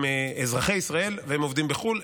הם אזרחי ישראל והם עובדים בחו"ל,